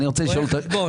הוא רואה חשבון.